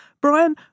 Brian